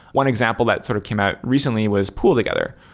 one example that sort of came out recently was pooltogether.